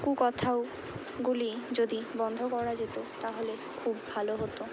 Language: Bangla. কুকথাওগুলি যদি বন্ধ করা যেত তাহলে খুব ভাল হত